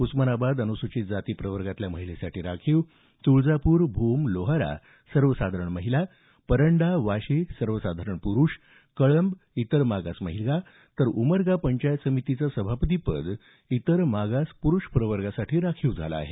उस्मानाबाद अनुसूचित जाती प्रवर्गातल्या महिलेसाठी राखीव तुळजापूर भूम लोहारा सर्वसाधारण महिला परंडा वाशी सर्वसाधारण पुरुष कळंब इतर मागास महिला तर उमरगा पंचायत समितीचं सभापती पद इतर मागास पुरूष प्रवर्गासाठी राखीव झालं आहे